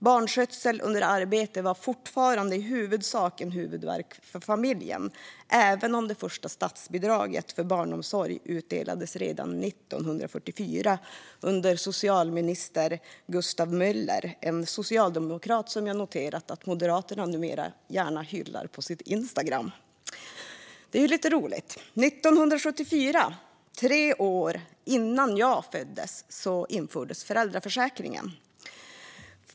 Barnskötsel under arbete var fortfarande i huvudsak en huvudvärk för familjen, även om det första statsbidraget för barnomsorg utdelades redan 1944 under socialminister Gustav Möller, en socialdemokrat som jag noterat att Moderaterna nu gärna hyllar på sitt Instagramkonto. Det är lite roligt. År 1974, tre år innan jag föddes, infördes föräldraförsäkringen.